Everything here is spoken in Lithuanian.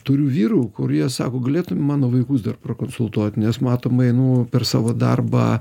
turiu vyrų kurie sako galėtum mano vaikus dar prakonsultuot nes matomai nu per savo darbą